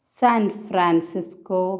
San Francisco